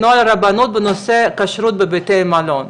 את נוהל הרבנות בנושא הכשרות בבתי מלון.